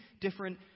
different